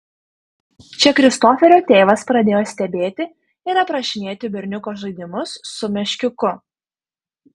čia kristoferio tėvas pradėjo stebėti ir aprašinėti berniuko žaidimus su meškiuku